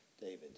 David